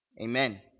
amen